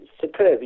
superb